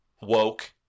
woke